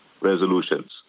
resolutions